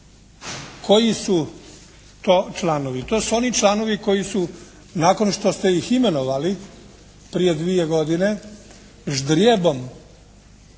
Koji su to članovi? To su oni članovi koji su nakon što ste ih imenovali prije dvije godine ždrijebom